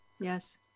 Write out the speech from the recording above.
Yes